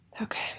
Okay